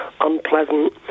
unpleasant